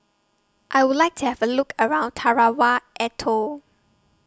I Would like to Have A Look around Tarawa Atoll